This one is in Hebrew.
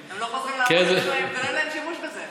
הם לא חוזרים לעבוד, אין להם שימוש בזה.